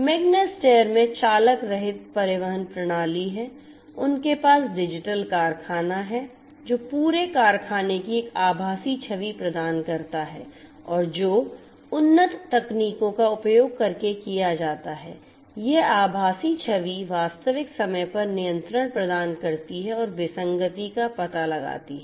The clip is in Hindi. मैग्ना स्टेयर में चालक रहित परिवहन प्रणाली है उनके पास डिजिटल कारखाना है जो पूरे कारखाने की एक आभासी छवि प्रदान करता है और जो उन्नत तकनीकों का उपयोग करके किया जाता है यह आभासी छवि वास्तविक समय पर नियंत्रण प्रदान करती है और विसंगति का पता लगाती है